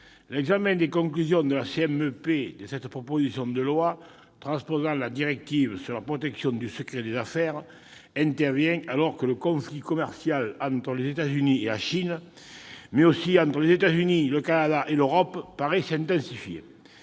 l'examen des conclusions de la commission mixte paritaire sur cette proposition de loi transposant la directive sur la protection du secret des affaires intervient alors que le conflit commercial entre les États-Unis et la Chine, mais aussi entre les États-Unis, le Canada et l'Europe, paraît s'intensifier.